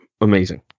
amazing